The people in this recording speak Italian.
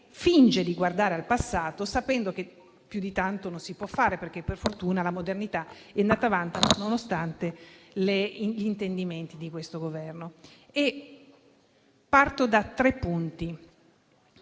finge di guardare al passato, sapendo che più di tanto non si può fare, perché per fortuna la modernità è andata avanti nonostante gli intendimenti di questo Governo. Parto da tre punti.